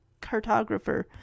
cartographer